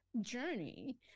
journey